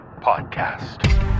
Podcast